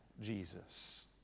Jesus